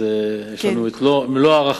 אז יש לנו מלוא ההערכה.